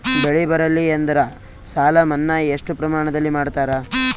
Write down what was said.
ಬೆಳಿ ಬರಲ್ಲಿ ಎಂದರ ಸಾಲ ಮನ್ನಾ ಎಷ್ಟು ಪ್ರಮಾಣದಲ್ಲಿ ಮಾಡತಾರ?